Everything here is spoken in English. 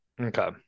Okay